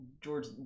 George